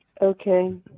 Okay